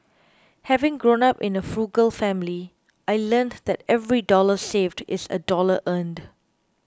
having grown up in a frugal family I learnt that every dollar saved is a dollar earned